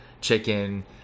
chicken